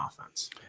offense